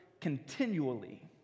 continually